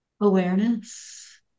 awareness